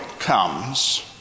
comes